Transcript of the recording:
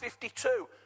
52